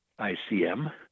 ICM